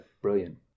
brilliant